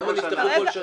כמה נפתחו בכל שנה?